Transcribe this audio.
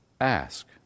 Ask